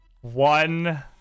one